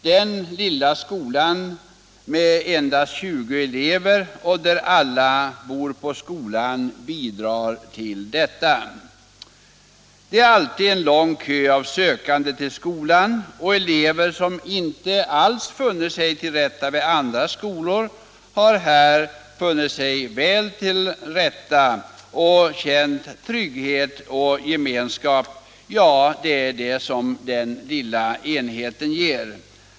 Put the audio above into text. Den lilla skolan med endast 20 elever, som alla bor på skolan, bidrar till detta. Det är alltid en lång kö av sökande till skolan. Och elever som inte alls funnit sig till rätta vid andra skolor har funnit sig väl till rätta och här vunnit den trygghet och gemenskap som den lilla enheten ger.